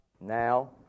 Now